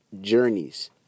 journeys